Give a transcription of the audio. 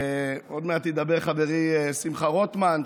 עוד מעט ידבר חברי שמחה רוטמן,